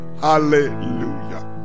hallelujah